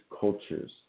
cultures